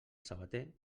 sabater